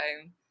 time